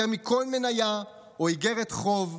יותר מכל מניה או אגרת חוב,